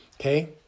Okay